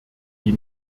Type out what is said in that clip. die